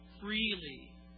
Freely